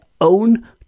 own